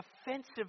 offensive